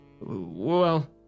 Well